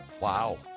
Wow